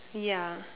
ya